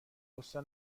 غصه